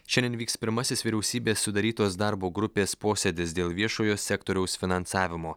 šiandien vyks pirmasis vyriausybės sudarytos darbo grupės posėdis dėl viešojo sektoriaus finansavimo